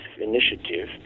initiative